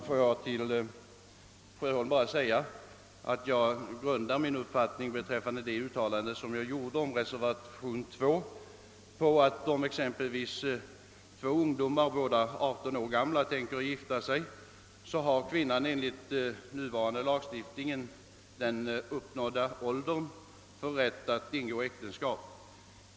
Herr talman! För herr Sjöholm vill jag förklara att jag grundar det uttalande jag gjorde om reservationen 2 på att om exempelvis 2 ungdomar, båda 18 år gamla, tänker gifta sig, har kvinnan enligt nuvarande lagstiftning uppnått åldern för rätt att ingå äktenskap.